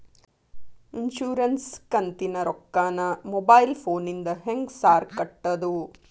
Insurance ಕಂತಿನ ರೊಕ್ಕನಾ mobile ಫೋನಿಂದ ಹೆಂಗ್ ಸಾರ್ ಕಟ್ಟದು?